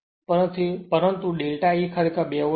તેથી પરંતુ delta E ખરેખર 2 વોલ્ટ હશે